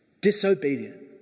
Disobedient